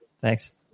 Thanks